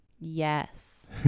Yes